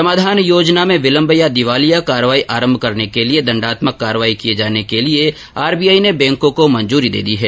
समाधान योजना में विलंब या दिवालिया कार्रवाई आरंभ करने के लिये दंडात्मक कार्रवाई किये जाने के लिये आरबीआई ने बैंको को मंजूरी दे दी है